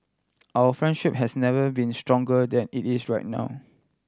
our friendship has never been stronger than it is right now